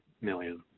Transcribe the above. million